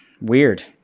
weird